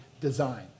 design